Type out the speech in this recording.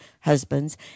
husbands